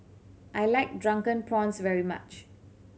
I like Drunken Prawns very much